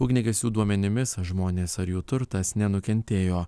ugniagesių duomenimis žmonės ar jų turtas nenukentėjo